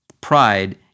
Pride